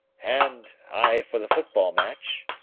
and i for the football match.